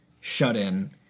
shut-in